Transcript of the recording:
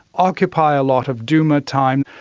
occupy a lot of duma time,